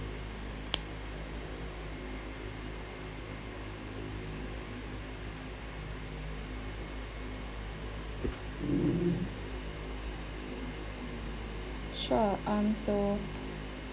sure um so